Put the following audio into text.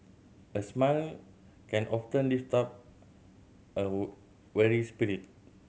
a smile can often lift up a weary spirit